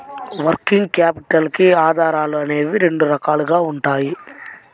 working capital కి ఆధారాలు అనేవి రెండు రకాలుగా ఉంటాయి